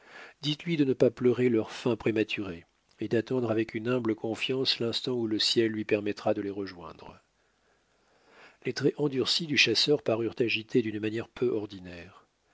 dites-lui de ne pas pleurer leur fin prématurée et d'attendre avec une humble confiance l'instant où le ciel lui permettra de les rejoindre les traits endurcis du chasseur parurent agités d'une manière peu ordinaire